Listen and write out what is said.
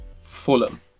Fulham